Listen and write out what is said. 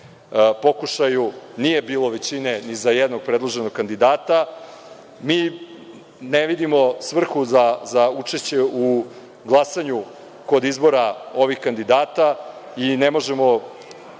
pokušaju nije bilo većine ni za jednog predloženog kandidata, mi ne vidimo svrhu za učešće u glasanju kod izbora ovih kandidata i nemamo